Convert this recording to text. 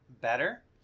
better